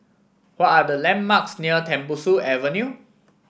what are the landmarks near Tembusu Avenue